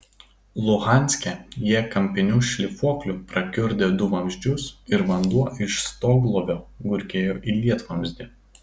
luhanske jie kampiniu šlifuokliu prakiurdė du vamzdžius ir vanduo iš stoglovio gurgėjo į lietvamzdį